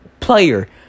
player